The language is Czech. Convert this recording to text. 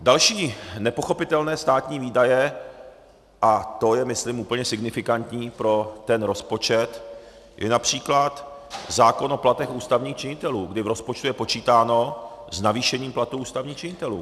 Další nepochopitelné státní výdaje, a to je myslím úplně signifikantní pro ten rozpočet, je například zákon o platech ústavních činitelů, kdy v rozpočtu je počítáno s navýšením platů ústavních činitelů.